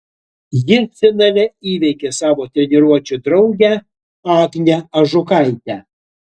ji finale įveikė savo treniruočių draugę agnę ažukaitę